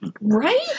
right